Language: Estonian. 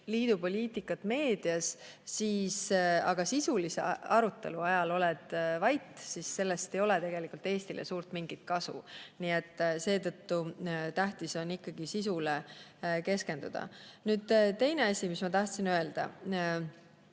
Liidu poliitikat meedias, aga sisulise arutelu ajal oled vait, siis sellest ei ole tegelikult Eestile suurt mingit kasu. Nii et tähtis on sisule keskenduda. Teine asi, mis ma tahtsin öelda,